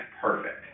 perfect